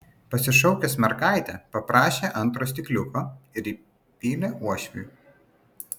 pasišaukęs mergaitę paprašė antro stikliuko ir įpylė uošviui